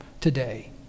today